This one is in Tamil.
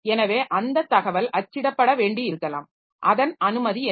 எனவே அந்தத் தகவல் அச்சிடப்பட வேண்டியிருக்கலாம் அதன் அனுமதி என்ன